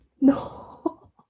No